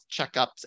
checkups